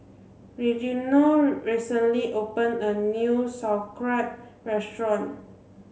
Reginald recently opened a new Sauerkraut restaurant